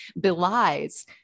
belies